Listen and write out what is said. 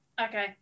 okay